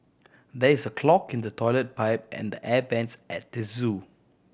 there is a clog in the toilet pipe and the air vents at the zoo